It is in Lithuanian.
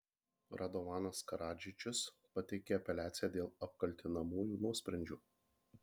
radovanas karadžičius pateikė apeliaciją dėl apkaltinamųjų nuosprendžių